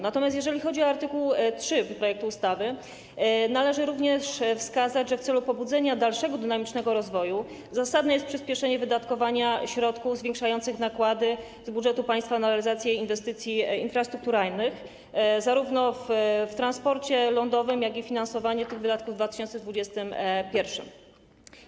Natomiast jeżeli chodzi o art. 3 projektu ustawy, należy również wskazać, że w celu pobudzenia dalszego dynamicznego rozwoju zasadne jest przyspieszenie wydatkowania środków zwiększających nakłady z budżetu państwa na realizację inwestycji infrastrukturalnych w transporcie lądowym, finansowanie tych wydatków w 2021 r.